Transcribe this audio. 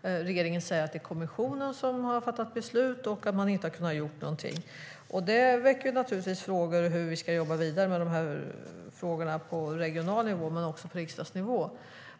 Regeringen säger att det är kommissionen som fattat beslut och att man inte har kunnat göra någonting. Det väcker frågor om hur vi ska jobba vidare med dessa frågor på regional nivå men också på riksdagsnivå.